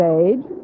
age